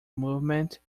movement